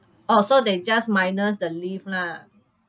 oh so they just minus the leave lah